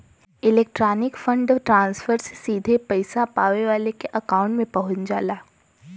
electronic fund transfer से सीधे पइसा पावे वाले के अकांउट में पहुंच जाला